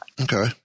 Okay